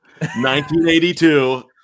1982